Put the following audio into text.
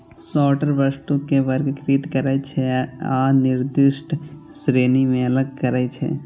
sorter वस्तु कें वर्गीकृत करै छै आ निर्दिष्ट श्रेणी मे अलग करै छै